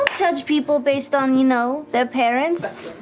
judge people based on, you know, their parents.